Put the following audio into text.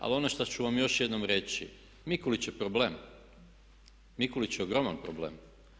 Ali ono što ću vam još jednom reći, Mikulić je problem, Mikulić je ogroman problem.